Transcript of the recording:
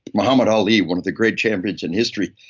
muhammad ali, one of the great champions in history,